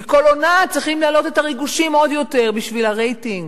כי כל עונה הם צריכים להעלות את הריגושים עוד יותר בשביל הרייטינג.